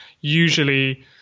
usually